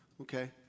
Okay